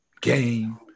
game